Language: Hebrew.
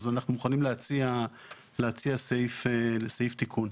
אז אנחנו מוכנים להציע סעיף תיקון.